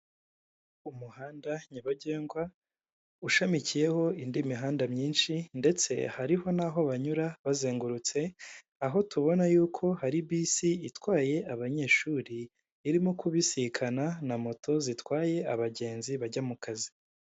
Umuhanda nyabagendwa ushamikiyeho indi mihanda myinshi ndetse hariho n'aho banyura bazengurutse aho tubona yuko hari bisi itwaye abanyeshuri irimo kubisikana na moto zitwaye abagenzi bajya mu kazi.